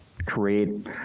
create